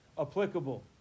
applicable